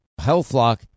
HealthLock